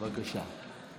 בבקשה.